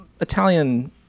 italian